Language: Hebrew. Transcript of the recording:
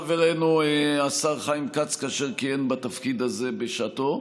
חברנו השר חיים כץ כאשר כיהן בתפקיד הזה בשעתו,